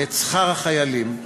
את שכר החיילים,